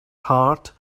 heart